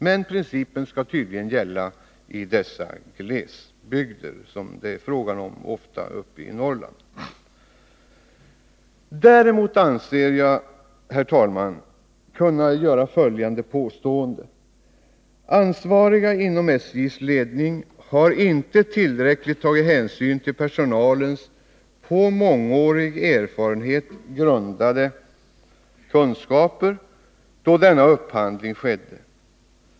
Men principen skall tydligen gälla i de glesbygder uppe i Norrland som det ofta är fråga om. Herr talman! Jag anser mig kunna göra följande påstående. Ansvariga inom SJ:s ledning tog inte tillräcklig hänsyn till personalens på mångårig erfarenhet grundade kunskaper då denna upphandling skedde.